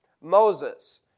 Moses